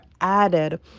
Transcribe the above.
added